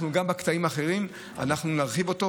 אנחנו גם בקטעים האחרים נרחיב אותו,